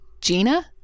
Gina